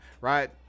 Right